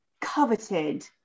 coveted